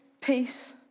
peace